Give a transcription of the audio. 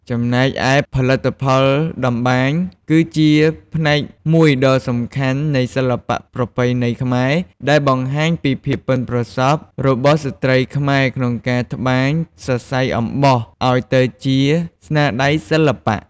ចំណែកឯផលិតផលតម្បាញ គឺជាផ្នែកមួយដ៏សំខាន់នៃសិល្បៈប្រពៃណីខ្មែរ ដែលបង្ហាញពីភាពប៉ិនប្រសប់របស់ស្ត្រីខ្មែរក្នុងការត្បាញសរសៃអំបោះឱ្យទៅជាស្នាដៃសិល្បៈ។